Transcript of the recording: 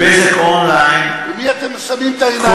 ב"בזק און-ליין" למי אתם מסמאים את העיניים?